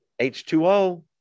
H2O